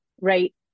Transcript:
right